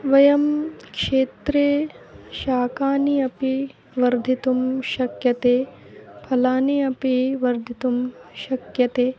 वयं क्षेत्रे शाकानि अपि वर्धितुं शक्यते फलानि अपि वर्धितुं शक्यते